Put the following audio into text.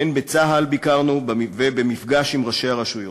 ביקרנו בצה"ל,